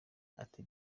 ati